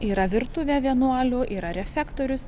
yra virtuvė vienuolių yra refektorius